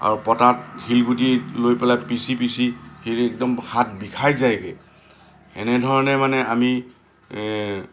আৰু পতাত শিলগুটি লৈ পেলাই পিছি পিছি শিল একদম হাত বিষাই যায়গৈ সেনেধৰণে মানে আমি